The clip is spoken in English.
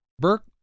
Burke